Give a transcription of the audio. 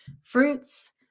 Fruits